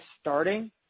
starting